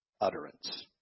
utterance